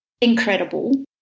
Incredible